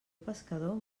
pescador